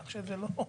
כך שזה לא משנה,